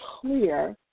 clear